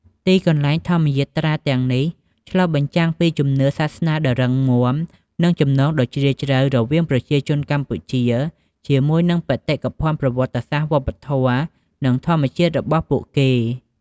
ទីកន្លែងធម្មយាត្រាទាំងនេះ ឆ្លុះបញ្ចាំងពីជំនឿសាសនាដ៏រឹងមាំ និងចំណងដ៏ជ្រាលជ្រៅរវាងប្រជាជនកម្ពុជាជាមួយនឹងបេតិកភណ្ឌប្រវត្តិសាស្ត្រ វប្បធម៌ និងធម្មជាតិរបស់ពួកគេ។